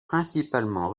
principalement